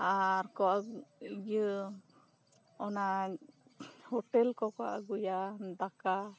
ᱟᱨ ᱠᱚ ᱤᱭᱟᱹ ᱚᱱᱟ ᱦᱳᱴᱮᱞ ᱠᱚᱠᱚ ᱟᱹᱜᱩᱭᱟ ᱫᱟᱠᱟ